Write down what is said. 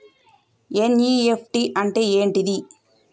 NEFT అంటే ఏంటిది?